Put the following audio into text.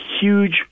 huge